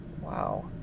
Wow